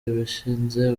washinze